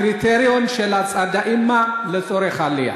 הקריטריון של הצד של האימא לצורך עלייה?